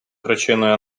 причиною